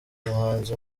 muhanzi